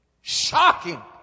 Shocking